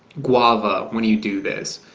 guava when you do this,